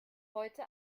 heute